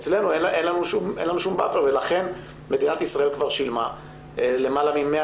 אצלנו אין שום מרווח ולכן מדינת ישראל כבר שילמה למעלה מ-100